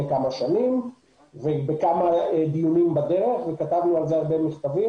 כמה שנים ובעוד כמה דיונים בדרך וכתבנו הרבה מכתבים.